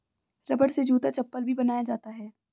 रबड़ से जूता चप्पल भी बनाया जाता है